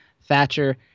thatcher